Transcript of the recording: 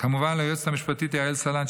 כמובן ליועצת המשפטית יעל סלנט,